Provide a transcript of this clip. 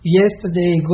yesterday